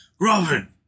Robin